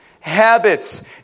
habits